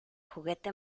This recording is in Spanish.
juguete